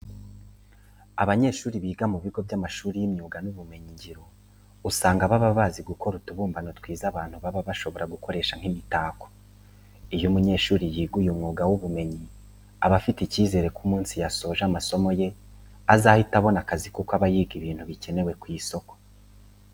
Abanyeshuri biga mu bigo by'amashuri y'imyuga n'ubumenyingiro, usanga baba bazi gukora utubumbano twiza abantu baba bashobora gukoresha nk'imitako. Iyo umunyeshuri yiga uyu mwuga w'ububumbyi aba afite icyizere ko umunsi yasoje amasomo ye azahita abona akazi kuko yiga ibintu bikenewe ku isoko.